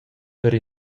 per